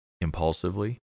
impulsively